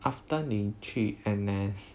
after 你去 N_S